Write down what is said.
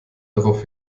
darauf